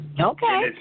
Okay